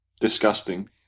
disgusting